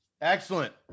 Excellent